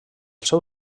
seu